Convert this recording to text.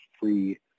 free